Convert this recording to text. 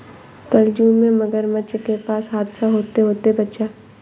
कल जू में मगरमच्छ के पास हादसा होते होते बचा